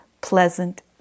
pleasant